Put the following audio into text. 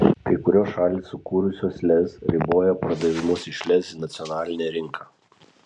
kai kurios šalys sukūrusios lez riboja pardavimus iš lez į nacionalinę rinką